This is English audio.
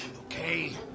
Okay